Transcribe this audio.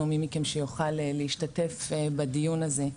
מי מכם שיוכל להשתתף בדיון הזה,